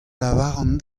lavaran